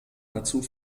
dazu